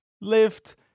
lift